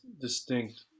distinct